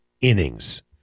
innings